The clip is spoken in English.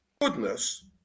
goodness